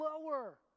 lower